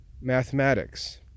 mathematics